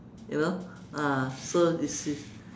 you know ah so it's it's